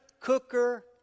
cooker